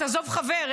עזוב חבר,